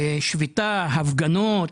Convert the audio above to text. שביתה, הפגנות.